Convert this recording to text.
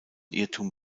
irrtum